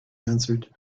answered